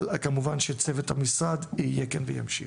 אבל כמובן שצוות המשרד יהיה כאן וימשיך,